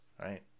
right